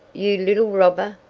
you little robber!